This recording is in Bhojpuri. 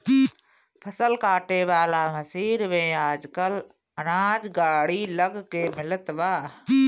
फसल काटे वाला मशीन में आजकल अनाज गाड़ी लग के मिलत बा